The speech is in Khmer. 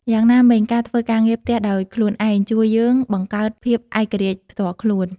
យ៉ាងណាមិញ ការធ្វើការងារផ្ទះដោយខ្លួនឯងជួយយើងបង្កើតភាពឯករាជ្យផ្ទាល់ខ្លួន។